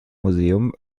museum